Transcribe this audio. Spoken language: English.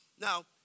Now